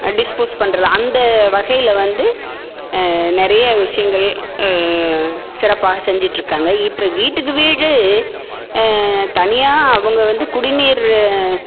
dispose பண்றது அந்த வகையில வந்து நறைய விஷயங்கள் சிறப்பாக செஞ்சிகிட்ருக்காங்க இப்போ வீட்டுக்கு வீடு தனியாக அவங்க வந்து குடிநீர்